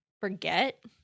forget